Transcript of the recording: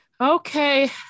Okay